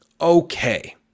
okay